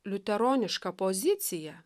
liuteronišką poziciją